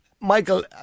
Michael